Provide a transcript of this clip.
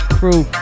crew